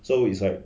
so it's like